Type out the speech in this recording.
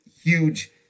huge